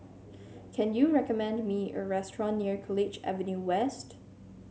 can you recommend me a restaurant near College Avenue West